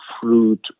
fruit